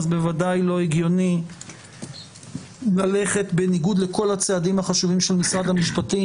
אז בוודאי לא הגיוני ללכת בניגוד לכל הצעדים החשובים של משרד המשפטים,